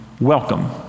welcome